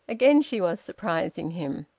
again she was surprising him.